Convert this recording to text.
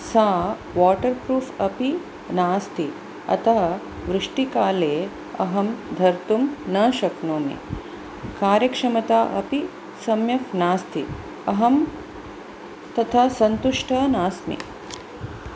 सा वाटर्प्रूफ् अपि नास्ति अतः वृष्टिकाले अहं धर्तुं न शक्नोमि कार्यक्षमता अपि सम्यक् नास्ति अहं तथा सन्तुष्टा नास्मि